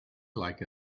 like